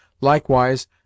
Likewise